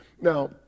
Now